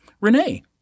Renee